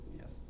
yes